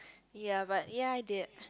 ya but ya I did